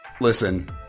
Listen